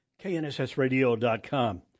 KNSSradio.com